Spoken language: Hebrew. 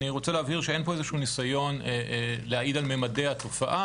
אני רוצה להבהיר שאין פה איזה ניסיון להעיד על ממדי התופעה,